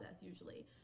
usually